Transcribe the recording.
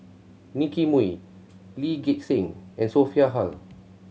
Nicky Moey Lee Gek Seng and Sophia Hull